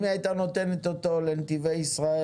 אם היא היתה נותנת אותו לנתיבי ישראל,